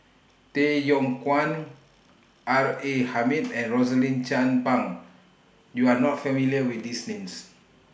Tay Yong Kwang R A Hamid and Rosaline Chan Pang YOU Are not familiar with These Names